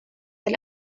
del